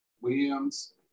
Williams